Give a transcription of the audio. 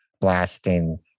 blasting